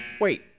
Wait